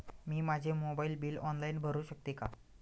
मी माझे mobile bill online भरू शकते का?